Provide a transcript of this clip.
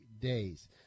days